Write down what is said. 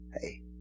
hey